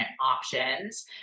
options